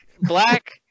black